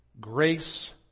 grace